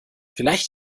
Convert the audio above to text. vielleicht